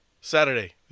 Saturday